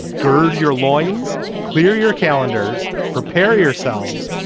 gird your loins, clear your calendars, prepare yourselves.